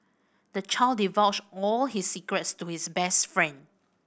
the child divulged all his secrets to his best friend